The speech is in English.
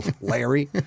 Larry